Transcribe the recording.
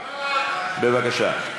בבקשה.